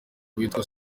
uwitwa